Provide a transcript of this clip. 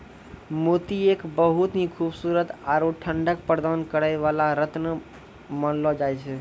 मोती एक बहुत हीं खूबसूरत आरो ठंडक प्रदान करै वाला रत्न मानलो जाय छै